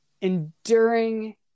enduring